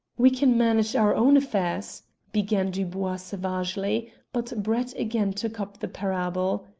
we can manage our own affairs, began dubois savagely but brett again took up the parable.